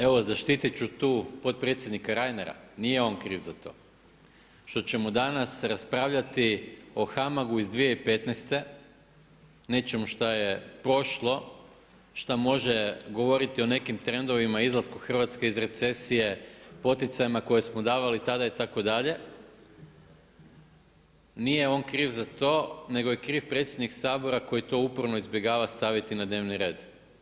Evo zaštitit ću tu potpredsjednika Reinera, nije on krivo za to što ćemo danas raspravljati o HAMAG-u iz 2015. nečem što je prošlo, što može govoriti o nekim trendovima i izlasku Hrvatske iz recesije, poticajima koja smo davali tada itd., nije on kriv za to, nego je kriv predsjednik Sabora koji to uporno izbjegava staviti na dnevni red.